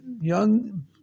young